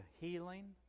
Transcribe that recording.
healing